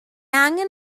angen